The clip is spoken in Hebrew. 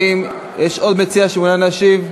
האם יש עוד מציע שמעוניין להשיב?